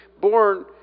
born